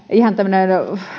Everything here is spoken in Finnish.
ihan tämmöinen